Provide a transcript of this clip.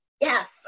Yes